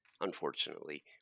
unfortunately